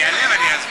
אני אעלה ואסביר.